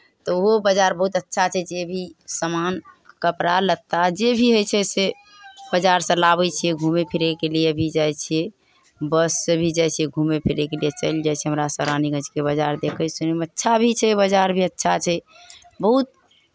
तऽ ओहो बाजार बहुत अच्छा छै जे भी सामान कपड़ा लत्ता जे भी होइ छै से बाजारसँ लाबै छियै घूमय फिरयके लिए भी जाइ छियै बससँ भी जाइ छियै घूमय फिरयके लिए चलि जाइ छियै हमरा सभ रानीगंजके बाजार देखय सुनयमे अच्छा भी छै बाजार भी अच्छा छै बहुत